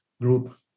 group